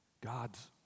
God's